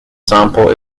sample